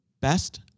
best